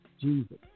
Jesus